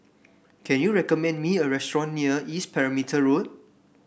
can you recommend me a restaurant near East Perimeter Road